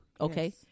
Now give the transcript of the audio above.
Okay